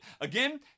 Again